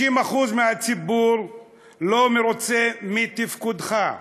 60% מהציבור לא מרוצים מתפקודך,